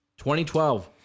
2012